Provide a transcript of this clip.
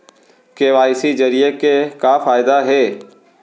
KYC जरिए के का फायदा हे?